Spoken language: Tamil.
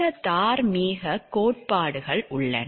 சில தார்மீகக் கோட்பாடுகள் உள்ளன